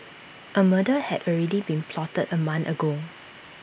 A murder had already been plotted A month ago